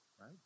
right